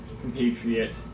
compatriot